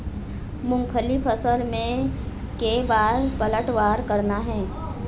मूंगफली फसल म के बार पलटवार करना हे?